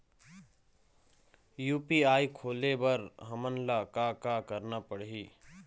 UPI खोले बर हमन ला का का करना पड़ही?